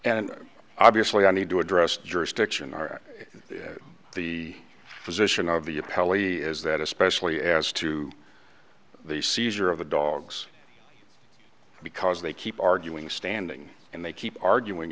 and obviously i need to address jurisdiction are the position of the appellee is that especially as to the seizure of the dogs because they keep arguing standing and they keep arguing